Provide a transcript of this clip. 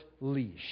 leash